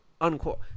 unquote